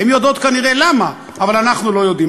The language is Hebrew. הן יודעות כנראה למה, אבל אנחנו לא יודעים.